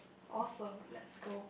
awesome let's go